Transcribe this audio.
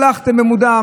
שלחתם במודע.